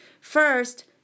First